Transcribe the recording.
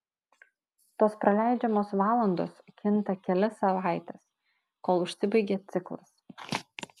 tos praleidžiamos valandos kinta kelias savaites kol užsibaigia ciklas